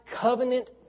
covenant